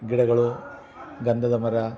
ಗಿಡಗಳು ಗಂಧದ ಮರ